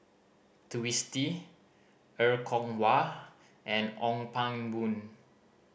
Twisstii Er Kwong Wah and Ong Pang Boon